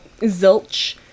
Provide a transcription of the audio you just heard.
zilch